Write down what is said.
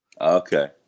Okay